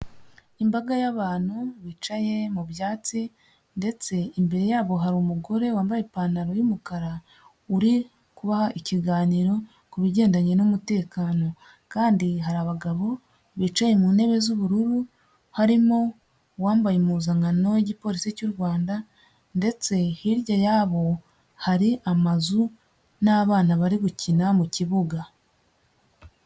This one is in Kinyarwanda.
Imbaga y'abantu bicaye mu byatsi ndetse imbere yabo hari umugore wambaye ipantaro y'umukara uri kubaha ikiganiro ku bigendanye n'umutekano kandi hari abagabo bicaye mu ntebe z'ubururu harimo uwambaye impuzankano y'igipolisi cy'u Rwanda ndetse hirya y'abo hari amazu n'abana bari gukina mu kibuga.